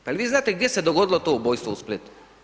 Pa je li vi znate gdje se dogodilo to ubojstvo u Splitu?